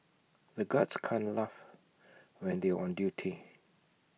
the guards can't laugh when they are on duty